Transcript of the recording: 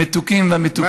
המתוקים והמתוקות,